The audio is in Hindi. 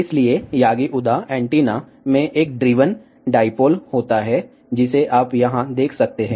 इसलिए यागी उदा एंटीना में एक ड्रिवन डाईपोल होता है जिसे आप यहां देख सकते हैं